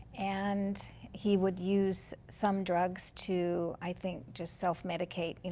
and he would use some drugs to i think just self-medicate.